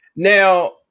Now